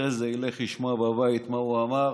ואחרי זה ילך לשמוע בבית מה הוא אמר